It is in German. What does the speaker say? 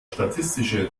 statistische